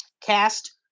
Cast